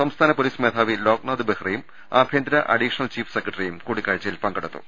സംസ്ഥാന പൊലീസ് മേധാവി ലോക്നാഥ് ബെഹ്റയും ആഭ്യന്തര അഡീഷണൽ ചീഫ് സെക്രട്ട റിയും കൂടിക്കാഴ്ച്ചയിൽ പങ്കെടുത്തു